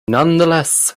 nonetheless